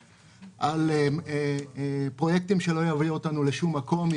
על פרויקטים שלא יביאו אותנו לשום מקום,